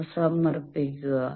അവ സമർപ്പിക്കുക